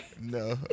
No